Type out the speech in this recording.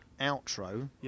outro